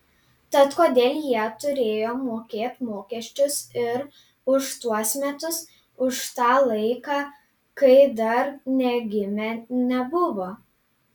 tad kodėl jie turėjo mokėt mokesčius ir už tuos metus už tą laiką kai dar nė gimę nebuvo